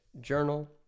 Journal